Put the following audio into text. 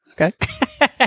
Okay